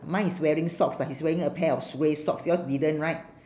mine is wearing socks but he's wearing a pair of grey socks yours didn't right